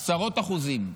עשרות אחוזים.